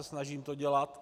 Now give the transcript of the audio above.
Snažím se to dělat.